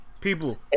people